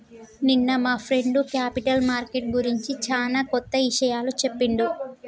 నిన్న మా friend capital market గురించి చానా కొత్త ఇషయాలు చెప్పిండు